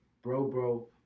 Bro-bro